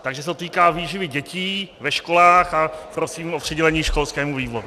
Takže se to týká výživy dětí ve školách a prosím o přidělení školskému výboru.